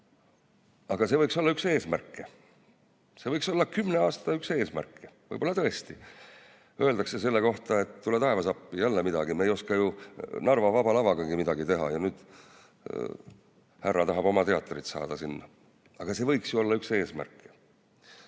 Aga see võiks olla üks eesmärke. See võiks olla üks kümne aasta eesmärke. Võib-olla tõesti öeldakse selle kohta, et tule taevas appi, jälle midagi! Me ei oska ju Narva Vaba Lavagagi keegi midagi teha, ja nüüd härra tahab oma teatrit saada sinna! Aga see võiks ju olla üks eesmärke.